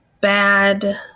bad